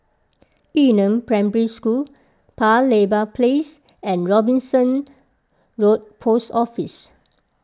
Yu Neng Primary School Paya Lebar Place and Robinson Road Post Office